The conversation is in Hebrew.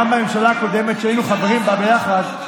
שהיינו חברים בה ביחד,